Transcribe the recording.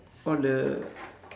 all the